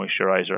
moisturizer